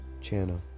channel